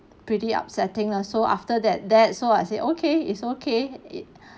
pretty upsetting lah so after that that so I say okay it's okay it